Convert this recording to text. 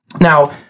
Now